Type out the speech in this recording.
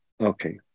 Okay